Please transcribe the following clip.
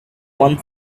one